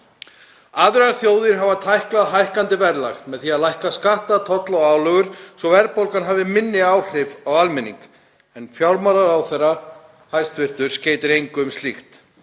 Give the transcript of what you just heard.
Aðrar þjóðir hafa tæklað hækkandi verðlag með því að lækka skatta, tolla og álögur svo að verðbólgan hafi minni áhrif á almenning en hæstv. fjármálaráðherra skeytir engu um slíkt.